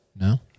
No